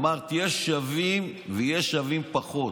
אמרת: יש שווים ויש שווים פחות.